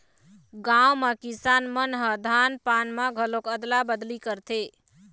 गाँव म किसान मन ह धान पान म घलोक अदला बदली करथे